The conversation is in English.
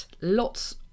lots